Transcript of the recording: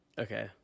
Okay